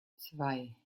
zwei